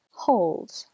Hold